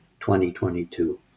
2022